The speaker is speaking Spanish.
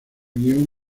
guión